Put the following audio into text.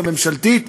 הממשלתית.